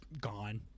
gone